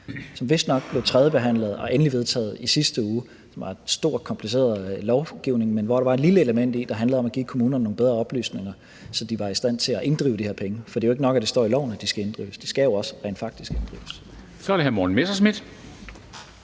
som vist nok blev tredjebehandlet og endelig vedtaget i sidste uge. Det var en stor, kompliceret lovgivning, hvori der var et lille element, der handlede om at give kommunerne nogle bedre oplysninger, så de var i stand til at inddrive de her penge. For det er jo ikke nok, at det står i loven, at de skal inddrives. De skal jo også rent faktisk inddrives.